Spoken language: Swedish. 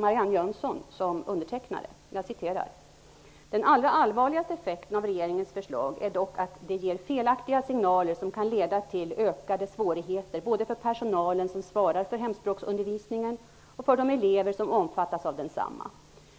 Marianne Jönsson som undertecknare: Den allra allvarligaste effekten av regeringens förslag är dock att det ger felaktiga signaler som kan leda till ökade svårigheter både för personalen som svarar för hemspråksundervisningen och för de elever som omfattas av densamma.